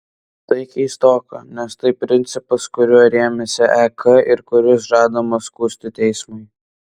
tai keistoka nes tai principas kuriuo rėmėsi ek ir kuris žadamas skųsti teismui